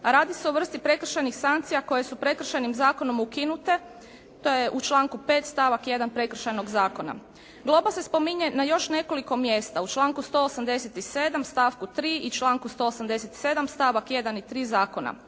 radi se o vrsti prekršajnih sankcija koje su Prekršajnim zakonom ukinute, to je u članku 5. stavak 1. prekršajnog zakona. Globa se spominje na još nekoliko mjesta. U članku 187. stavku 3. i članku 187. stavak 1. i 3. zakona.